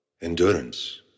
Endurance